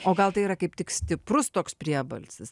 o gal tai yra kaip tik stiprus toks priebalsis